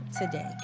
today